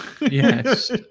yes